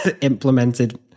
implemented